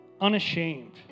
unashamed